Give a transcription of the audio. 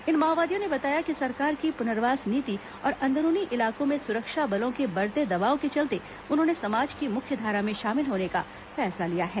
इन माओवादियों ने बताया कि सरकार की पुनर्वास नीति और अंदरूनी इलाकों में सुरक्षा बलों के बढ़ते दबाव के चलते उन्होंने समाज की मुख्यधारा में शामिल होने का फैसला लिया है